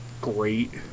great